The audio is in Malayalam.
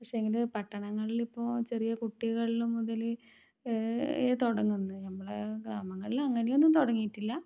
പക്ഷേങ്കില് പട്ടണങ്ങളിലിപ്പോൾ ചെറിയ കുട്ടികൾ മുതൽ തുടങ്ങുന്നു ഞമ്മള ഗ്രാമങ്ങളിൽ അങ്ങനെയൊന്നും തുടങ്ങിയിട്ടില്ല